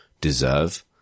deserve